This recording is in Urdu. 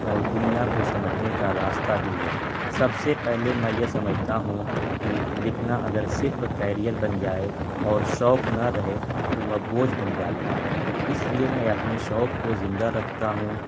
اور دنیا کو سمجھنے کا راستہ بھی ہے سب سے پہلے میں یہ سمجھتا ہوں کہ لکھنا اگر صرف کیریئر بن جائے اور شوق نہ رہے تو وہ بوجھ بن جاتا ہے اس لیے میں اپنے شوق کو زندہ رکھتا ہوں